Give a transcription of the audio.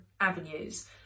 avenues